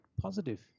positive